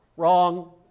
Wrong